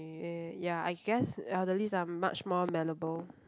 uh ya I guess elderlies are much more malleable